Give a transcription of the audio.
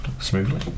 smoothly